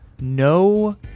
No